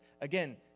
Again